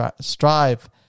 strive